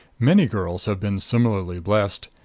many girls have been similarly blessed.